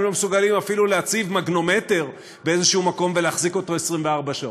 הם לא מסוגלים אפילו להציב מגנומטר באיזשהו מקום ולהחזיק אותו 24 שעות.